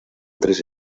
tres